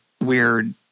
weird